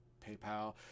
paypal